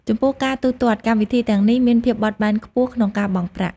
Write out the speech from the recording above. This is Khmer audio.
ចំពោះការទូទាត់ កម្មវិធីទាំងនេះមានភាពបត់បែនខ្ពស់ក្នុងការបង់ប្រាក់។